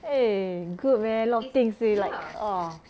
eh good man a lot things seh like ah